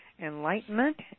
enlightenment